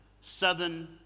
Southern